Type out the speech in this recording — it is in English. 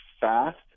fast